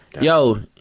Yo